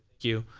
you